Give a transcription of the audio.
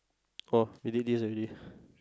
oh we did this already